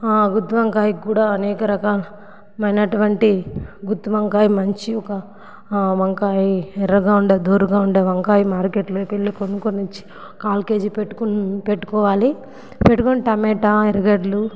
గుత్తి వంకాయకు కూడా అనేక రకమైనటువంటి గుత్తి వంకాయ మంచివి వంకాయ ఎర్రగా ఉండి దోరగా ఉండే వంకాయ మార్కెట్లోకి వెళ్ళి కొనుకోని వచ్చి కాల్ కేజీ పెట్టుకొని పెట్టుకోవాలి పెట్టుకొని టమెటా ఎరగడ్డలు